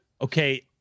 okay